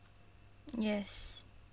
yes